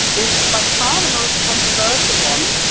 it's by far the most controversial one,